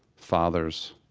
fathers,